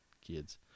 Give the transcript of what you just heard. kids